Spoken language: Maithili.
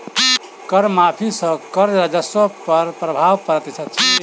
कर माफ़ी सॅ कर राजस्व पर प्रभाव पड़ैत अछि